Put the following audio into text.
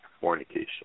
fornication